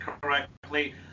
correctly